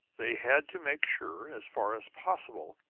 they had to make sure, as far as possible,